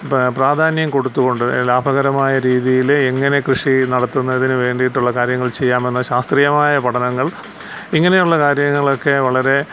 ഇപ്പോൾ പ്രാധാന്യം കൊടുത്തുകൊണ്ട് ലാഭകരമായ രീതിയിൽ എങ്ങനെ കൃഷി നടത്തുന്നതിന് വേണ്ടിയിട്ടുള്ള കാര്യങ്ങൾ ചെയ്യാമെന്ന് ശാസ്ത്രീയമായ പഠനങ്ങൾ ഇങ്ങനെയുള്ള കാര്യങ്ങളൊക്കെ വളരെ